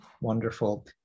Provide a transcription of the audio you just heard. Wonderful